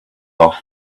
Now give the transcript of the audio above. off